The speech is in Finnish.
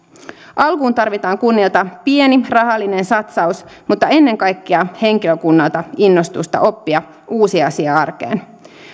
alkuun tarvitaan kunnilta pieni rahallinen satsaus mutta ennen kaikkea henkilökunnalta innostusta oppia uusi asia arkeen